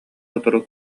сотору